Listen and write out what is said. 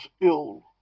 ill